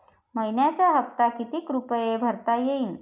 मइन्याचा हप्ता कितीक रुपये भरता येईल?